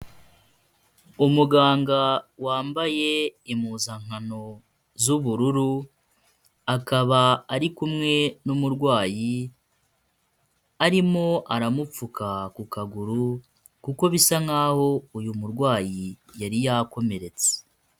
Umuganga wambaye impuzankano z'ubururu akaba ari kumwe n'umurwayi arimo aramupfuka ku kaguru kuko bisa nk'aho uyu murwayi yari yakomeretse.